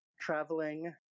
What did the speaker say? traveling